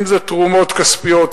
אם זה תרומות כספיות,